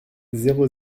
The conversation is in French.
zéro